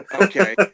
Okay